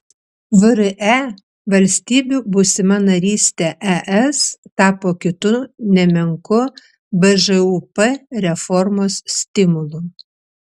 vre valstybių būsima narystė es tapo kitu nemenku bžūp reformos stimulu